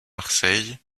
marseille